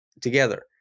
together